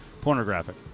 pornographic